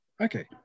Okay